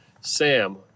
Sam